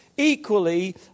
equally